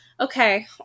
Okay